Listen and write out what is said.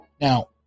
Now